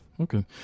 Okay